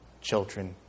children